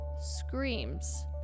screams